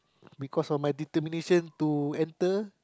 because of my determination to enter